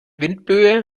windböe